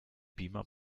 beamer